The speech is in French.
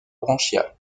branchial